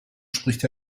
spricht